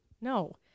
No